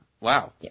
Wow